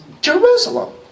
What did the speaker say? Jerusalem